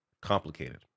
complicated